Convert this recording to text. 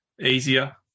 Easier